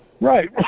Right